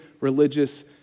religious